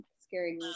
scary